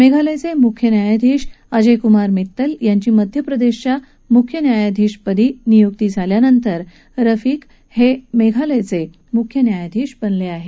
मेघालयचे मुख्य न्यायाधीश अजय कुमार मित्तल यांची मध्यप्रदेशच्या मुख्य न्यायाधीशपदी नियुक्ती झाल्यानंतर रफिक हे मेघालयाचे मुख्य न्यायाधीश बनले आहेत